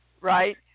right